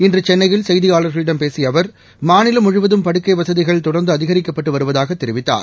இன்று சென்னையில் செய்தியாளர்களிடம் பேசிய அவர் மாநிலம் முழுவதும் படுக்கை வசதிகள் தொடர்ந்து அதிகரிக்கப்பட்டு வருவதாக தெரிவித்தார்